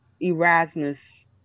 Erasmus